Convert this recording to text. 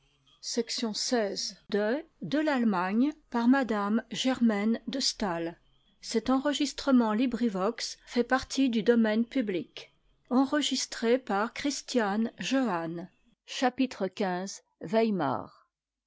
de m de